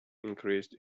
increased